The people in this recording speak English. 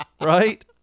right